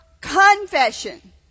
confession